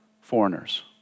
foreigners